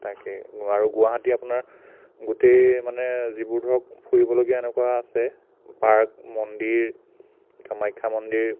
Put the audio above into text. তাকে আৰু গুৱাহাটী আপোনাৰ গোটেই মানে যিবোৰ ধৰক ফুৰিবলগীয়া এনেকুৱা আছে পাৰ্ক মন্দিৰ কামাখ্যা মন্দিৰ